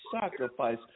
sacrifice